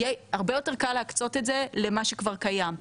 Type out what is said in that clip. הרבה יותר קל להקצות את זה למה שכבר קיים.